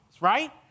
right